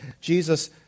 Jesus